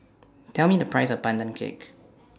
Tell Me The Price of Pandan Cake